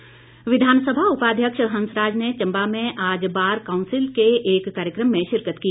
हंसराज विधानसभा उपाध्यक्ष हंसराज ने चंबा में आज बार कांउसिल के एक कार्यक्रम में शिरकत की